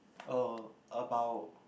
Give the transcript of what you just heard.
(uh)about